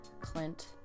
Clint